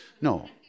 No